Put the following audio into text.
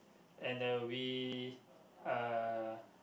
and the we uh